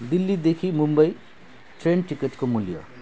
दिल्लीदेखि मुम्बई ट्रेन टिकटको मूल्य